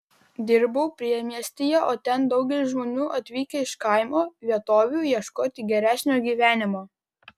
dirbau priemiestyje o ten daugelis žmonių atvykę iš kaimo vietovių ieškoti geresnio gyvenimo